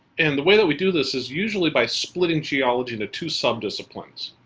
and the way that we do this is usually by splitting geology into two subdisciplines.